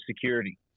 security